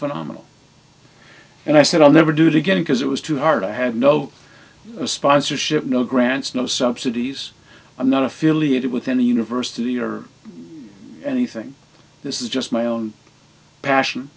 phenomenal and i said i'll never do it again because it was too hard i had no sponsorship no grants no subsidies i'm not affiliated with any university or anything this is just my own passion